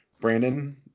Brandon